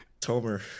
Tomer